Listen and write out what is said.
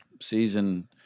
season